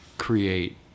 Create